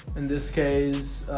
in this case